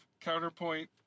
Counterpoint